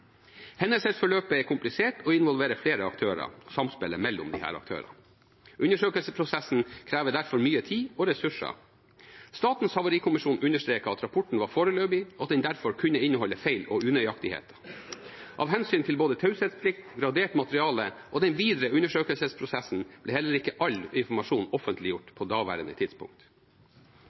Hendelsesforløpet er komplisert og involverer flere aktører og samspillet mellom disse aktørene. Undersøkelsesprosessen krever derfor mye tid og ressurser. Statens havarikommisjon understreket at rapporten var foreløpig, og at den derfor kunne inneholde feil og unøyaktigheter. Av hensyn til både taushetsplikt, gradert materiale og den videre undersøkelsesprosessen ble heller ikke all informasjon offentliggjort på daværende tidspunkt.